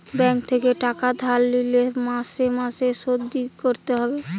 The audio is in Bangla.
ব্যাঙ্ক থেকে টাকা ধার লিলে মাসে মাসে শোধ করতে হয়